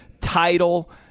title